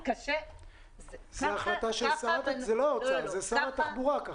זה לא האוצר, זה שר התחבורה.